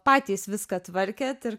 patys viską tvarkėt ir